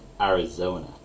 Arizona